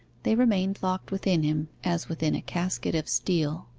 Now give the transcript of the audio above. they remained locked within him as within a casket of steel.